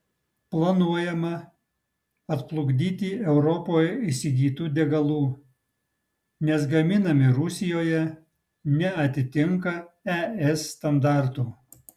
planuojama atplukdyti europoje įsigytų degalų nes gaminami rusijoje neatitinka es standartų